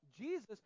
Jesus